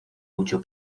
mucho